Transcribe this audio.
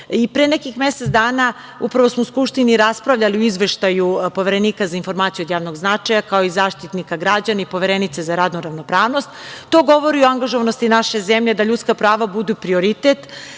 nekih mesec dana upravo smo u Skupštini raspravljali o Izveštaju Poverenika za informacije od javnog značaja kao i Zaštitnika građana i Poverenice za rodnu ravnopravnost, to govori o angažovanosti naše zemlje da ljudska prava budu prioritet,